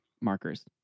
markers